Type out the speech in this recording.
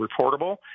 reportable